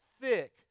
thick